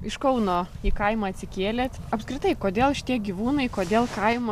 iš kauno į kaimą atsikėlėt apskritai kodėl šitie gyvūnai kodėl kaima